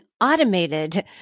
automated